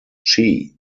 chi